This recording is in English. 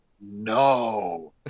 no